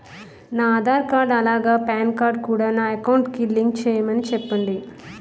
నా ఆధార్ కార్డ్ అలాగే PAN card కూడా నా అకౌంట్ కి లింక్ చేయమని చెప్పండి